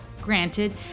Granted